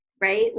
Right